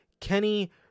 Kenny